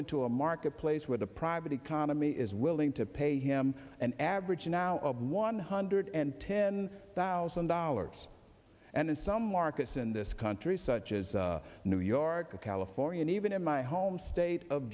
into a marketplace where the private economy is willing to pay him an average now of one hundred and ten thousand dollars and in some markets in this country such as new york to california and even in my home state of